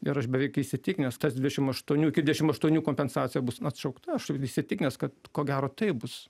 ir aš beveik įsitikinęs tas dvidešim aštuonių iki dvidešim aštuonių kompensacija bus atšaukta aš įsitikinęs kad ko gero taip bus